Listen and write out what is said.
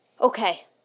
Okay